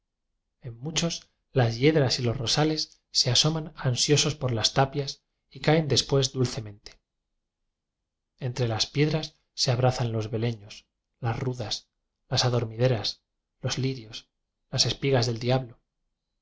en muchos las yedras y los rosales se aso man ansiosos por las tapias y caen des pués dulcemente entre las piedras se abrazan los beleños las rudas las adormi deras los lirios las espigas del diablo